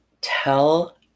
Tell